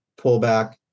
pullback